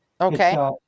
Okay